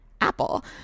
Apple